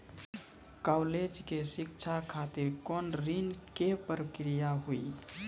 College के शिक्षा खातिर कौन ऋण के प्रक्रिया हुई?